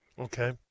Okay